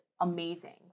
amazing